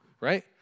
right